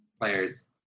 players